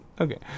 okay